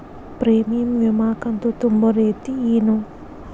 Premium ವಿಮಾ ಕಂತು ತುಂಬೋ ರೇತಿ ಏನು?